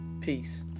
Peace